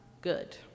good